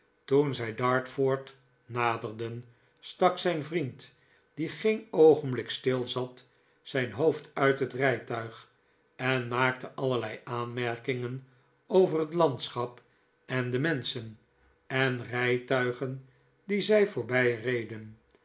toen zij dart ford naderden stak zijn vriend die geen oogenblik stil zat zijn hoofd uit het rijtuig en maakte allerlei aanmerkingen over het landschap en de menschen en rijtuigen die zij